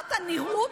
ברמת הנראות,